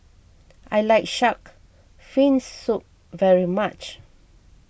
I like Shark's Fin Soup very much